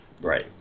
Right